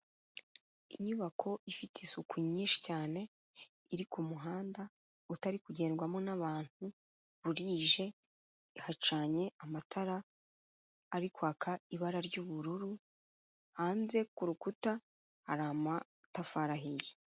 Inyubako ifite isuku nyinshi cyane iri ku muhanda utari kugendwamo n'abantu, burije hacanye amatara ari kwaka ibara ry'ubururu, hanze ku rukuta hari amatafari ahiye.